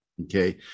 Okay